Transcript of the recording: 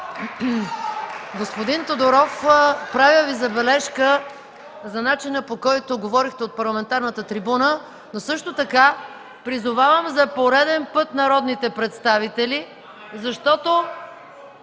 Господин Тодоров, правя Ви забележка за начина, по който говорихте от парламентарната трибуна. Призовавам за пореден път народните представители, защото